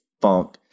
funk